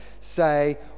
say